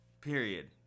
Period